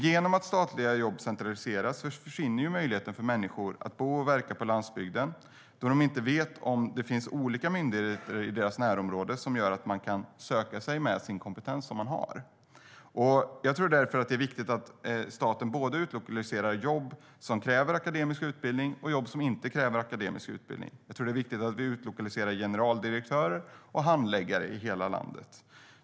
Genom att statliga jobb centraliseras försvinner möjligheten för människor att bo och verka på landsbygden då de inte vet om det finns olika myndigheter i deras närområde som de kan söka sig till med den kompetens de har. Det är därför viktigt att staten utlokaliserarar både jobb som kräver akademisk utbildning och jobb som inte kräver akademisk utbildning. Det är viktigt att vi utlokaliserar generaldirektörer och handläggare i hela landet.